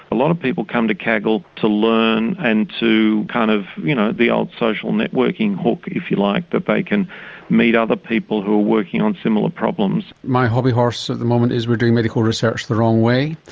a lot of people come to kaggle to learn and to kind of you know the old social networking hook if you like that they can meet other people who are working on similar problems. my hobby-horse at the moment is we're doing medical research the wrong way,